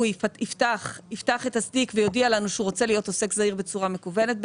בצורה מקוונת,